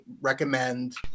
recommend